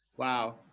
Wow